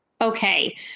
Okay